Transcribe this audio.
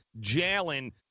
Jalen